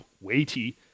weighty